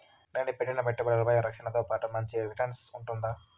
నేను పెట్టిన పెట్టుబడులపై రక్షణతో పాటు మంచి రిటర్న్స్ ఉంటుందా?